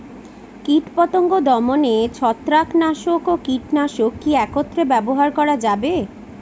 কীটপতঙ্গ দমনে ছত্রাকনাশক ও কীটনাশক কী একত্রে ব্যবহার করা যাবে?